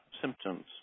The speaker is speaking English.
symptoms